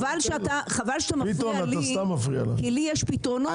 חבל שאתה מפריע לי כי לי יש פתרונות יותר טובים.